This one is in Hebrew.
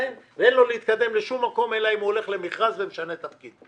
והוא לא יכול להתקדם לשום מקום אלא אם הוא הולך למכרז ומשנה תפקיד.